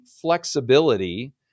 flexibility